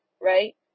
right